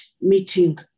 meeting